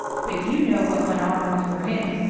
but you know what went on when you were in it.